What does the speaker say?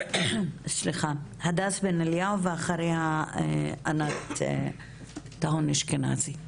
הדס בן אליהו ואחריה ענת טהון אשכנזי.